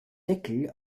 deckel